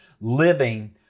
living